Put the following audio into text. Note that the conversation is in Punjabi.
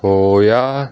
ਹੋਇਆ